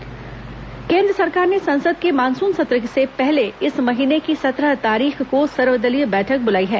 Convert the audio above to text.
संसद मानसून सत्र केंद्र सरकार ने संसद के मानसून सत्र से पहले इस महीने की सत्रह तारीख को सर्वदलीय बैठक बुलाई है